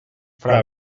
fra